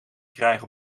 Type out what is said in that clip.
krijgen